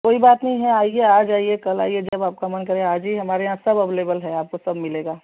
कोई बात नहीं है आइए आज आइए कल आइए जब आपका मन करे आज ही हमारे यहाँ सब अवलेबल है आपको सब मिलेगा